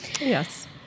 Yes